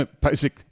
basic